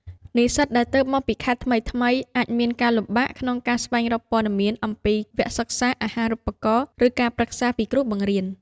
និស្សិតដែលទើបមកពីខេត្តថ្មីៗ អាចមានការលំបាកក្នុងការស្វែងរកព័ត៌មានអំពីវគ្គសិក្សា អាហារូបករណ៍ ឬការប្រឹក្សាពីគ្រូបង្រៀន។